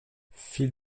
fit